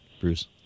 Bruce